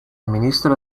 ministro